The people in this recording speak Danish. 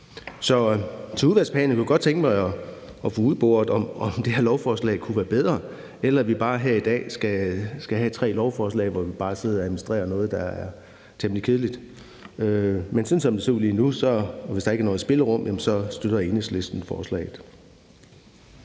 Så til udvalgsbehandlingen kunne jeg godt tænke mig at få udboret, om det her lovforslag kunne være bedre? Eller skal vi her i dag behandle tre lovforslag, hvor vi bare sidder og administrerer noget, der er temmelig kedeligt? Sådan som det ser ud lige nu, og hvis der ikke er noget spillerum, så støtter Enhedslisten forslaget.